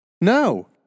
No